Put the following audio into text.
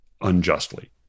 unjustly